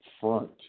front